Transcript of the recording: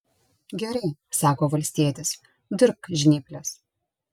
gerai sako valstietis dirbk žnyples